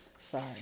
sorry